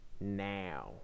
now